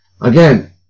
again